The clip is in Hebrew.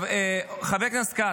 חבר הכנסת כץ,